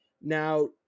Now